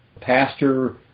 pastor